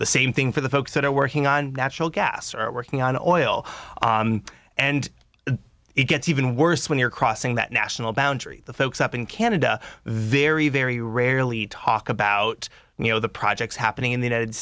the same thing for the folks that are working on natural gas or working on oil and it gets even worse when you're crossing that national boundary the folks up in canada very very rarely talk about you know the projects happening in the united